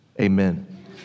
amen